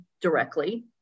directly